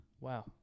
Wow